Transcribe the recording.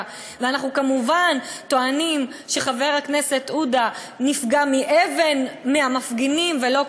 ואנחנו כמובן טוענים שחבר הכנסת עודה נפגע מאבן מהמפגינים ולא,